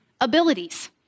abilities